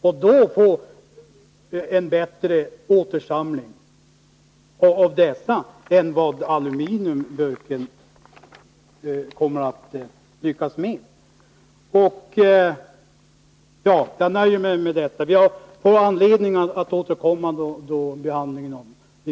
Då skulle man få en bättre återsamling än vad man kommer att lyckas med beträffande aluminiumburken. Jag nöjer mig med detta. Jag får anledning att återkomma i samband med behandlingen av riksdagsmotionerna.